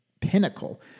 pinnacle